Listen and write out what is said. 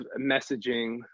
messaging